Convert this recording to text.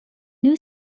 new